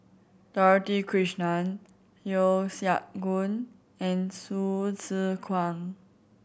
Dorothy Krishnan Yeo Siak Goon and Hsu Tse Kwang